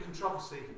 controversy